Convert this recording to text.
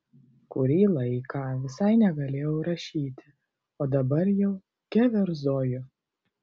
kurį laiką visai negalėjau rašyti o dabar jau keverzoju